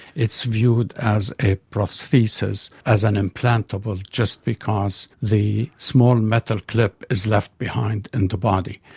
it's viewed as a prosthesis, as an implantable just because the small metal clip is left behind in the body.